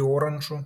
lioranču